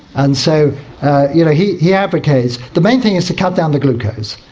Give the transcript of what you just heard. and so you know he he advocates, the main thing is to cut down the glucose.